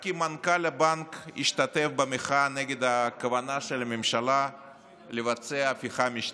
רק כי מנכ"ל הבנק השתתף במחאה נגד הכוונה של הממשלה לבצע הפיכה משטרית.